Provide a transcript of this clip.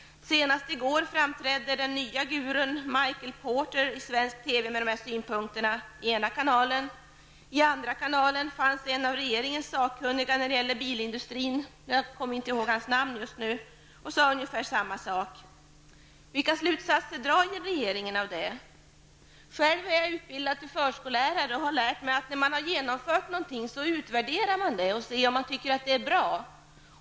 Senast i går framträdde den nya gurun, Michael Porter, i svensk TV med de synpunkterna i ena kanalen. I den andra kanalen fanns en av regeringens sakkunniga när det gäller bilindustrin -- jag kommer inte ihåg hans namn -- och sade ungefär samma sak. Vilka slutsatser drar regeringen av det? Själv är jag utbildad till förskollärare och har lärt mig att när man genomfört någonting utvärderar man det och ser om man tycker att det är bra.